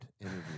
interview